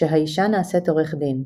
"'כשהאישה נעשית עורך דין'